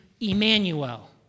Emmanuel